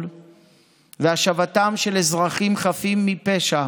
לקבר ישראל והשבתם של אזרחים חפים מפשע